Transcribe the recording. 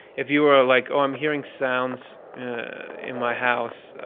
if you were like, oh, i'm hearing sounds in my house,